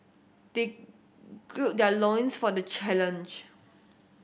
they gird their loins for the challenge